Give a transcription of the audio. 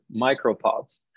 micropods